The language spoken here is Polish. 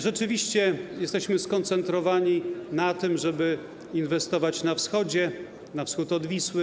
Rzeczywiście jesteśmy skoncentrowani na tym, żeby inwestować na wschodzie, na wschód od Wisły.